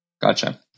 gotcha